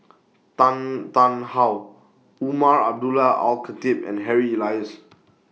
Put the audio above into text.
Tan Tarn How Umar Abdullah Al Khatib and Harry Elias